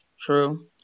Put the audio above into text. True